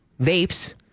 vapes